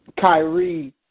Kyrie